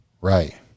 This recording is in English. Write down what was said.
Right